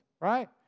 right